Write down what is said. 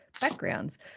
backgrounds